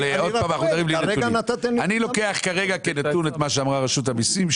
אני לוקח כרגע כנתון את מה שאמרה רשות המיסים,